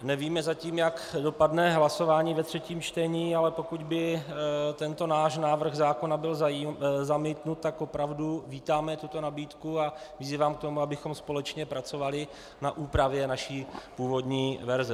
Nevíme zatím, jak dopadne hlasování ve třetím čtení, ale pokud by tento náš návrh zákona byl zamítnut, tak opravdu vítáme tuto nabídku a vyzývám k tomu, abychom společně pracovali na úpravě naší původní verze.